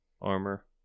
armor